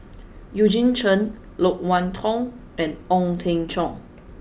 Eugene Chen Loke Wan Tho and Ong Teng Cheong